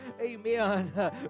amen